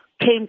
came